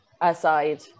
aside